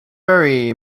marie